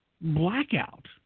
blackout